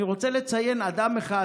אני רוצה לציין אדם אחד